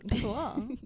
cool